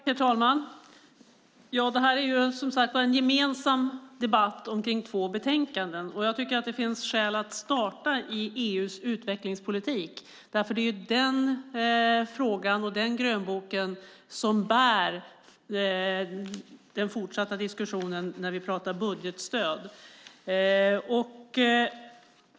Herr talman! Det är en gemensam debatt kring två utlåtanden. Jag tycker att det finns skäl att starta i EU:s utvecklingspolitik, för det är ju den frågan och den grönboken som bär den fortsatta diskussionen, när vi pratar om budgetstöd.